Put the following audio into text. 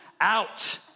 out